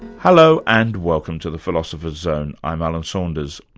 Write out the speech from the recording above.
hello, and welcome to the philosopher's zone. i'm alan saunders.